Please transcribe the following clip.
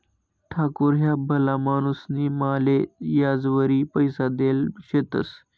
ठाकूर ह्या भला माणूसनी माले याजवरी पैसा देल शेतंस